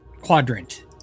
quadrant